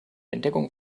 entdeckung